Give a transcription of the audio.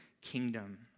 kingdom